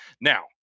Now